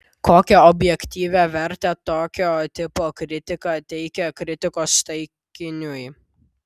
kokią objektyvią vertę tokio tipo kritika teikia kritikos taikiniui